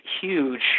huge